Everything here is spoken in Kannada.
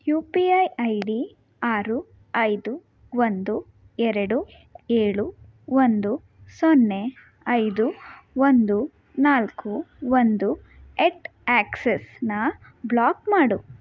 you P I I D ಆರು ಐದು ಒಂದು ಎರಡು ಏಳು ಒಂದು ಸೊನ್ನೆ ಐದು ಒಂದು ನಾಲ್ಕು ಒಂದು ಎಟ್ ಎಕ್ಸಿಸನ್ನ ಬ್ಲಾಕ್ ಮಾಡು